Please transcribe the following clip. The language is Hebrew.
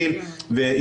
אתם רוצים לפתוח את זה?